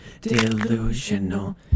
delusional